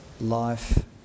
life